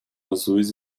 azuis